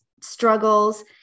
struggles